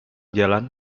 jalan